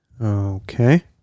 Okay